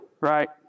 right